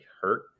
hurt